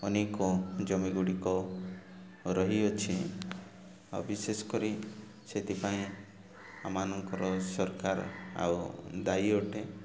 ଅନେକ ଜମି ଗୁଡ଼ିକ ରହିଅଛି ଆଉ ବିଶେଷ କରି ସେଥିପାଇଁ ଆମମାନଙ୍କର ସରକାର ଆଉ ଦାୟୀ ଅଟେ